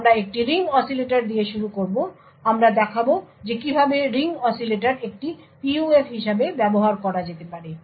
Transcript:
সুতরাং আমরা একটি রিং অসিলেটর দিয়ে শুরু করব আমরা দেখাব যে কিভাবে রিং অসিলেটর একটি PUF হিসাবে ব্যবহার করা যেতে পারে